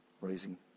raising